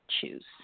choose